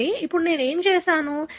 కాబట్టి ఇప్పుడు నేను ఏమి చేసాను